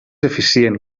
eficient